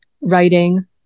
writing